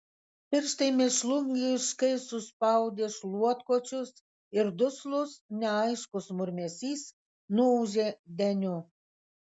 pirštai mėšlungiškai suspaudė šluotkočius ir duslus neaiškus murmesys nuūžė deniu